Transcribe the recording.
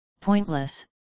pointless